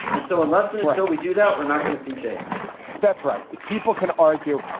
and so unless and until we do that, we're not going to see change that's right. people can argue,